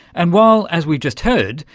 and while, as we've just heard,